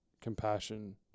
compassion